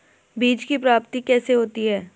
बीज की प्राप्ति कैसे होती है?